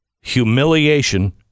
humiliation